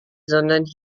sondern